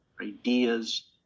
ideas